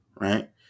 right